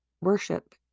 worship